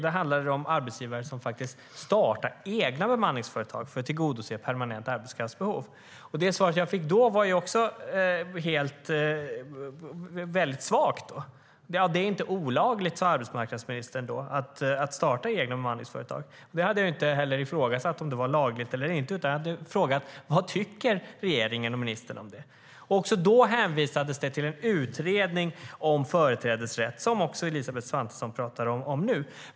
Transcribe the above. Då handlade det om arbetsgivare som startar egna bemanningsföretag för att tillgodose ett permanent arbetskraftsbehov. Det svar jag fick då var också väldigt svagt. Det är inte olagligt att starta egna bemanningsföretag, sade arbetsmarknadsministern då. Jag hade inte ifrågasatt om det var lagligt, utan jag hade frågat vad regeringen och ministern tyckte om det. Även då hänvisades det till den utredning om företrädesrätt som Elisabeth Svantesson talar om nu.